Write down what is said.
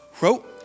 wrote